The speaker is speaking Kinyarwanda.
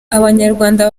abanyarwanda